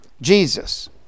Jesus